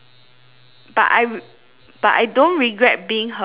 but I but I don't regret being her friend